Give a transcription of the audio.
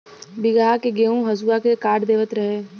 बीघहा के गेंहू हसुआ से काट देवत रहे